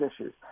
issues